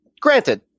granted